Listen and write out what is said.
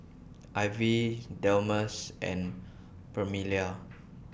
Ivie Delmus and Permelia